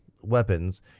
weapons